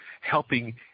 helping